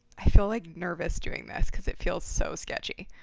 i feel like nervous doing this because it feels so sketchy.